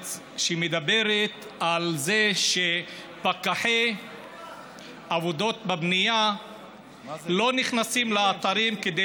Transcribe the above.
בהארץ שמדברת על זה שפקחי עבודות בבנייה לא נכנסים לאתרים כדי